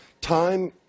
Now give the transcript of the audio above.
Time